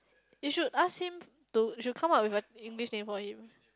you should ask him to you should come up with a English name for him